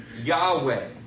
Yahweh